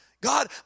God